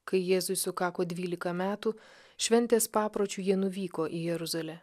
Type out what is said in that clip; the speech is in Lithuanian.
kai jėzui sukako dvylika metų šventės papročiu jie nuvyko į jeruzalę